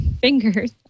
fingers